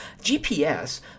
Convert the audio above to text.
GPS